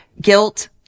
Guilt